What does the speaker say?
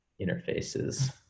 interfaces